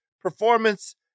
performance